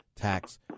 tax